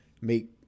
make